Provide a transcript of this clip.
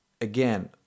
again